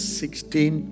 sixteen